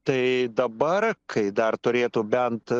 tai dabar kai dar turėtų bent